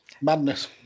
Madness